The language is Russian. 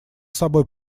собой